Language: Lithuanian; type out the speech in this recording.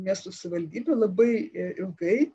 ne su savivaldybė labai ilgai